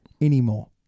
anymore